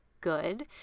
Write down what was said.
good